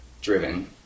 driven